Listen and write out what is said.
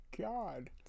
god